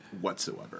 whatsoever